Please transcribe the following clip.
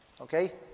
Okay